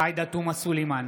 עאידה תומא סלימאן,